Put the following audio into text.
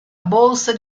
bolsa